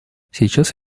сейчас